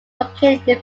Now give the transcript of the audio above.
located